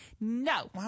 no